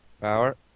power